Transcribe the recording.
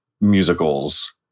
musicals